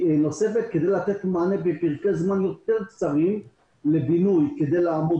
נוספת כדי לתת מענה בפרקי זמן יותר קצרים לבינוי כדי לעמוד